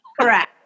Correct